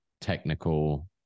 technical